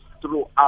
throughout